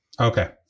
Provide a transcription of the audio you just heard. Okay